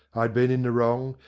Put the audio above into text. i'd been in the wrong,